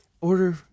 order